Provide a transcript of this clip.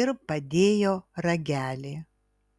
ir padėjo ragelį